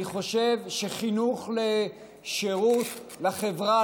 אני חושב שחינוך לשירות לחברה,